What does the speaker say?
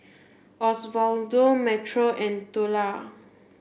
Osvaldo Metro and Tula